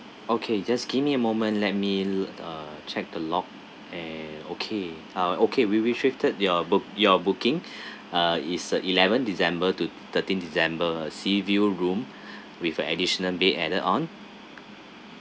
okay just give me a moment let me uh check the log and okay uh okay we restricted your book your booking uh is uh eleven december to thirteen december sea view room with a additional bed added on